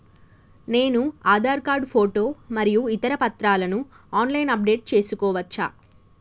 నేను Aadhaar card photo మరియు ఇతర పత్రాలను ఆన్ లైన్ అప్ డెట్ చేసుకోవచ్చా?